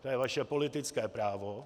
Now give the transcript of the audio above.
To je vaše politické právo.